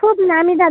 খুব নামি দামি